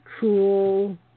cool